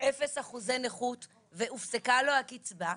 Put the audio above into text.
ואפס אחוזי נכות והופסקה לו הקצבה,